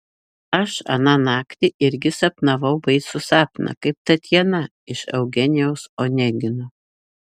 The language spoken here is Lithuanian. aš aną naktį irgi sapnavau baisų sapną kaip tatjana iš eugenijaus onegino